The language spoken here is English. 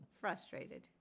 Frustrated